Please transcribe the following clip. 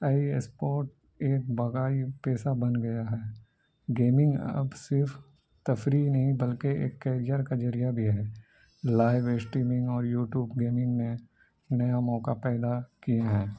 ای sport ایک باقائی پیسہ بن گیا ہے گیمنگ اب صرف تفریح نہیں بلکہ ایک کیریئر کا جریعہ بھی ہے لائیو اسٹریمنگ اور یوٹیوب گیمنگ نے نیا موقع پیدا کیے ہیں